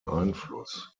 einfluss